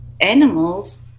Animals